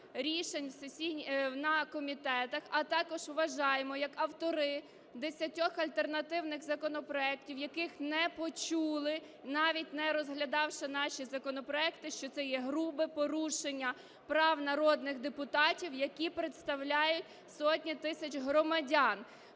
на комітетах, а також вважаємо як автори 10 альтернативних законопроектів, яких не почули, навіть не розглядавши наші законопроекти, що це є грубе порушення прав народних депутатів, які представляють сотні тисяч громадян.